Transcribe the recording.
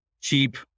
cheap